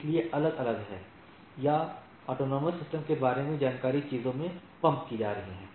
इसलिए अलग अलग सारांश हैं या स्वायत्त प्रणालियों के बारे में जानकारी चीजों में पंप की जा रही है